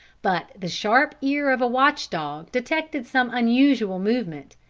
but the sharp ear of a watch-dog detected some unusual movement,